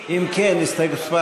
אם כן, הסתייגות מס'